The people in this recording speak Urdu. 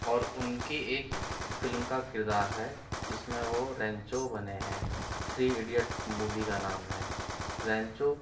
اور اُن کی ایک فلم کا کردار ہے جس میں وہ رینچو بنے ہیں تھری ایڈیٹ مووی کا نام ہے رینچو